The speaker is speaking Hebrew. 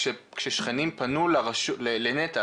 כששכנים פנו לנת"ע,